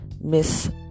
Miss